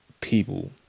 people